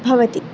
भवति